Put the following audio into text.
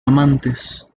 amantes